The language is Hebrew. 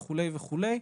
וכולי וכולי.